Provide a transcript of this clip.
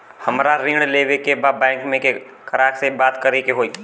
हमरा ऋण लेवे के बा बैंक में केकरा से बात करे के होई?